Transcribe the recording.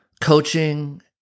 coaching